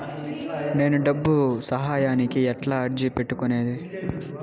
నేను డబ్బు సహాయానికి ఎట్లా అర్జీ పెట్టుకునేది?